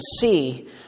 see